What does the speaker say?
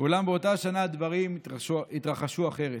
אולם באותה שנה דברים התרחשו אחרת.